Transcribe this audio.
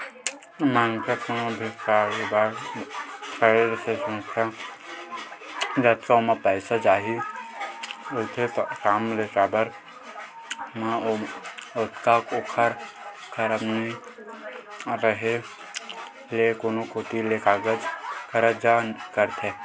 मनखे कोनो भी कारोबार करे के सोचथे जतका ओला पइसा चाही रहिथे काम के करब म ओतका ओखर करा नइ रेहे ले कोनो कोती ले करजा करथे